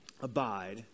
abide